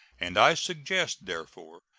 and i suggest, therefore,